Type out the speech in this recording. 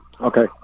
Okay